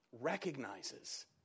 recognizes